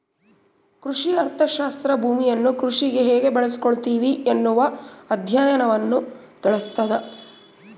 ಕೃಷಿ ಅರ್ಥಶಾಸ್ತ್ರ ಭೂಮಿಯನ್ನು ಕೃಷಿಗೆ ಹೇಗೆ ಬಳಸಿಕೊಳ್ಳುತ್ತಿವಿ ಎನ್ನುವ ಅಧ್ಯಯನವನ್ನು ತಿಳಿಸ್ತಾದ